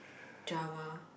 drama